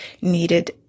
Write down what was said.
needed